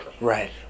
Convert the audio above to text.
Right